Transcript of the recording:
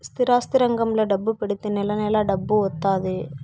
స్థిరాస్తి రంగంలో డబ్బు పెడితే నెల నెలా డబ్బు వత్తాది